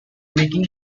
making